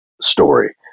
story